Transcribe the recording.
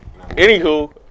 Anywho